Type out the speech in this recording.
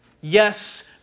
Yes